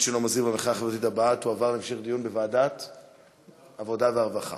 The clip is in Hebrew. ההצעה להעביר את הנושא לוועדת העבודה, הרווחה